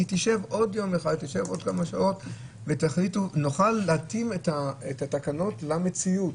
היא תשב עוד יום אחד ותשב עוד כמה שעות ונוכל להתאים את התקנות למציאות.